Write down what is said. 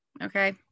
Okay